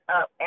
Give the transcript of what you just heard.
up